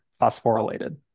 phosphorylated